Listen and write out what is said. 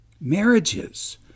marriages